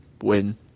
win